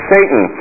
Satan